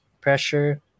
pressure